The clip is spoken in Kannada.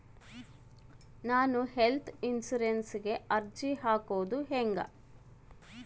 ನಾನು ಹೆಲ್ತ್ ಇನ್ಸುರೆನ್ಸಿಗೆ ಅರ್ಜಿ ಹಾಕದು ಹೆಂಗ?